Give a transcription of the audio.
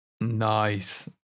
Nice